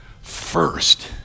first